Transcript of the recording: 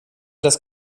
das